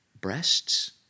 breasts